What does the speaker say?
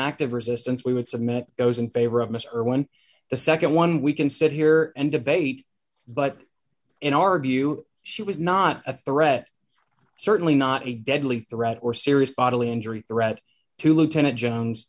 active resistance we would submit those in favor of mr irwin the nd one we can sit here and debate but in our view she was not a threat certainly not a deadly threat or serious bodily injury threat to lieutenant jones